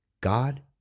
God